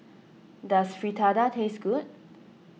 does Fritada taste good